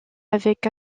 avec